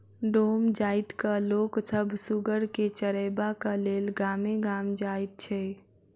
डोम जाइतक लोक सभ सुगर के चरयबाक लेल गामे गाम जाइत छै